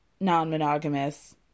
non-monogamous